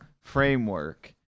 framework